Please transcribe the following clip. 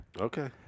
Okay